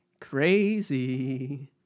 Crazy